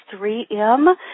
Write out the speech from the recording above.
3M